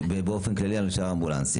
באופן כללי על שאר האמבולנסים,